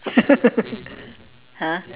!huh!